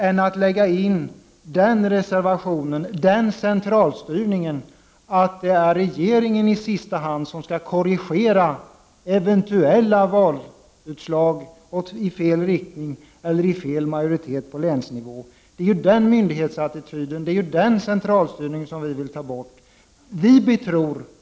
Varför väljer ni den centralstyrningen att det i sista hand är regeringen som skall korrigera eventuella valutslag i fel riktning på länsnivå? Det är ju den myndighetsattityden och centralstyrningen som vi inte vill ha.